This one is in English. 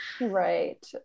right